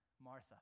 Martha